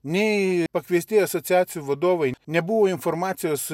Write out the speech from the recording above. nei pakviesti asociacijų vadovai nebuvo informacijos